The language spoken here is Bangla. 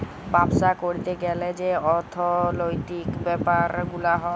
বাপ্সা ক্যরতে গ্যালে যে অর্থলৈতিক ব্যাপার গুলা হ্যয়